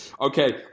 Okay